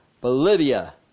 Bolivia